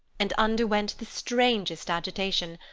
and underwent the strangest agitation.